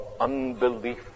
unbelief